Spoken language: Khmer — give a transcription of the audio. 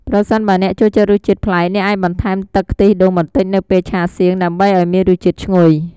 ប្រសិនបើអ្នកចូលចិត្តរសជាតិប្លែក អ្នកអាចបន្ថែមទឹកខ្ទិះដូងបន្តិចនៅពេលឆាសៀង ដើម្បីឱ្យមានរសជាតិឈ្ងុយ។